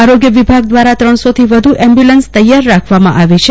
આરોગ્ય વિભાગ દ્વારા ત્રણસોથી વધુ એમ્બ્યૂલન્સ તૈયાર રાખવામાં આવી છે